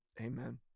Amen